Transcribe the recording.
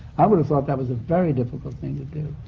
i would have thought that was a very difficult thing to do.